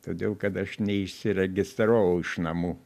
todėl kad aš neišsiregistravau iš namų